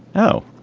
oh,